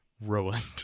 ruined